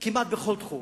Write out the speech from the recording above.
כמעט בכל תחום.